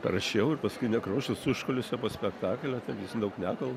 parašiau ir paskui nekrošius užkulisiuose po spektaklio ten jis daug nekalba